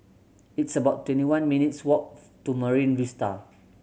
it's about twenty one minutes' walks to Marine Vista